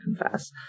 confess